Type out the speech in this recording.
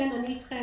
כן, אני אתכם.